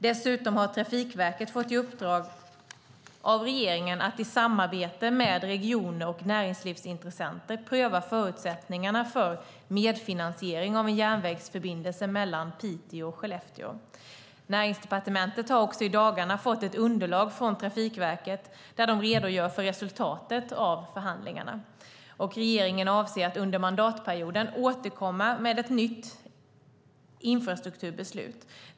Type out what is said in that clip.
Dessutom har Trafikverket fått i uppdrag av regeringen att i samarbete med regioner och näringslivsintressenter pröva förutsättningarna för medfinansiering av en järnvägsförbindelse mellan Piteå och Skellefteå. Näringsdepartementet har också i dagarna fått ett underlag från Trafikverket där de redogör för resultatet av förhandlingarna. Regeringen avser att under mandatperioden återkomma med ett nytt infrastrukturbeslut.